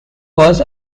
was